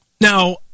now